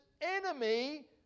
enemy